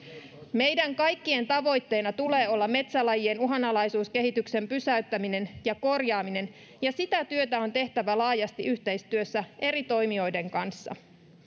meidän kaikkien tavoitteena tulee olla metsälajien uhanalaisuuskehityksen pysäyttäminen ja korjaaminen ja sitä työtä on tehtävä laajasti yhteistyössä eri toimijoiden kanssa